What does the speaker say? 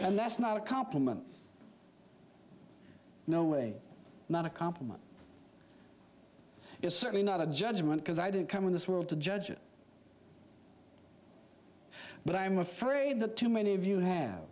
and that's not a compliment no way not a compliment it's certainly not a judgement because i didn't come in this world to judge it but i'm afraid that too many of you have